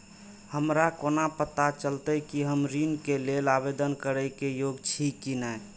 हमरा कोना पताा चलते कि हम ऋण के लेल आवेदन करे के योग्य छी की ने?